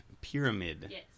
pyramid